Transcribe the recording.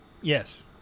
Yes